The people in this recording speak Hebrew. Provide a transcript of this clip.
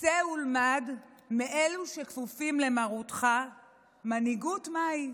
צא ולמד מאלו שכפופים למרותך מנהיגות מהי.